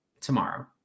tomorrow